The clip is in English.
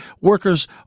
Workers